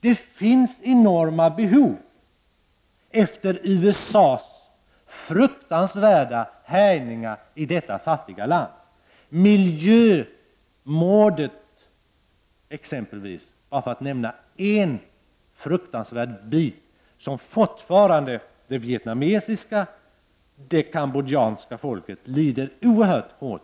Det finns enorma behov efter USA:s fruktansvärda härjningar i detta fattiga land. Miljömordet är bara ett fruktansvärt exempel på att folket i Vietnam och Kambodja fortfarande lider oerhört mycket.